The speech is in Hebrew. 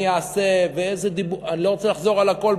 אני לא רוצה לחזור על הכול,